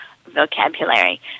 vocabulary